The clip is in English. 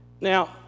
Now